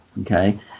Okay